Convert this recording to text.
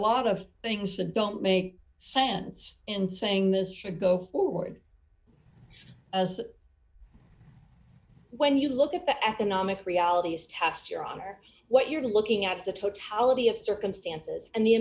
lot of things that don't make sense in saying this should go forward as when you look at the economic realities test your honor what you're looking at the totality of circumstances and the